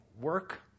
work